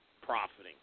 profiting